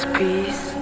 peace